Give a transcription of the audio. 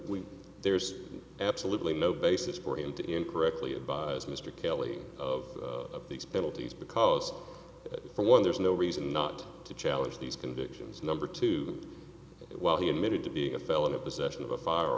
we there's absolutely no basis for him to incorrectly advise mr kelley of these penalties because for one there's no reason not to challenge these convictions number two while he admitted to being a felon in possession of a fire